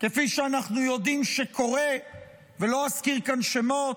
כפי שאנחנו יודעים שקורה ולא אזכיר כאן שמות,